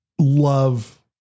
love